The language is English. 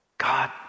God